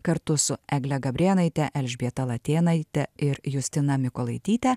kartu su egle gabrėnaite elžbieta latėnaite ir justina mykolaityte